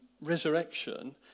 resurrection